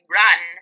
run